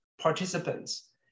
participants